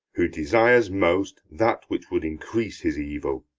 who desires most that which would increase his evil.